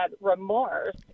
remorse